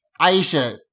Aisha